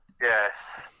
yes